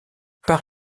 par